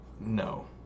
No